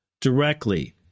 directly